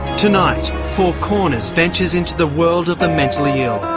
tonight four corners ventures into the world of the mentally ill,